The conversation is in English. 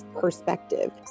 perspective